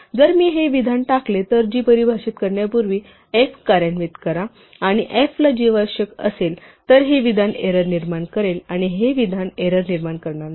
जर मी हे विधान टाकले तर g परिभाषित करण्यापूर्वी f कार्यान्वित करा आणि f ला g आवश्यक असेल तर हे विधान एरर निर्माण करेल आणि हे विधान एरर निर्माण करणार नाही